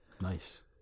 nice